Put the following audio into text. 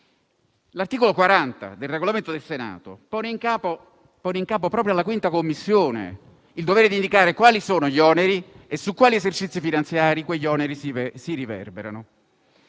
l'articolo 40 del Regolamento del Senato pone in capo proprio alla 5a Commissione il dovere di indicare quali sono gli oneri e su quali esercizi finanziari quegli oneri si riverberano.